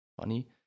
funny